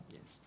Yes